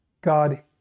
God